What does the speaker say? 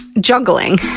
juggling